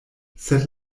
sed